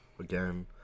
again